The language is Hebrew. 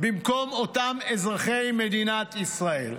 במקום אותם אזרחי מדינת ישראל.